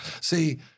See